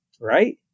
right